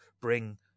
bring